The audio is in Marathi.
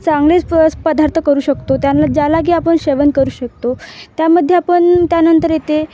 चांगलेच पच पदार्थ करू शकतो त्याना ज्यालागी आपण जेवण करू शकतो त्यामध्ये आपण त्यानंतर येते